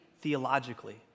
theologically